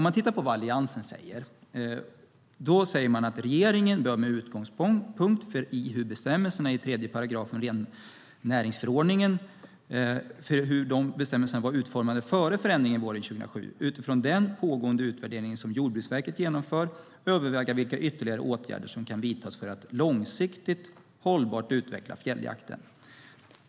Alliansen säger: "Regeringen bör, med utgångspunkt i hur bestämmelserna i 3 § rennäringsförordningen var utformade före förändringen våren 2007, utifrån den pågående utvärdering som Jordbruksverket genomför överväga vilka ytterligare åtgärder som kan vidtas för att långsiktigt hållbart utveckla fjälljakten.